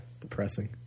depressing